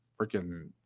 freaking